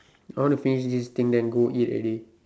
I want to finish this thing then go eat already